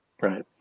Right